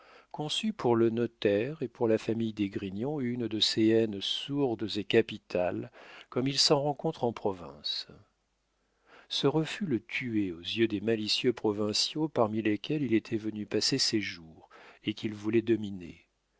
conçut pour le notaire et pour la famille d'esgrignon une de ces haines sourdes et capitales comme il s'en rencontre en province ce refus le tuait aux yeux des malicieux provinciaux parmi lesquels il était venu passer ses jours et qu'il voulait dominer